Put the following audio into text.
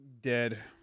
Dead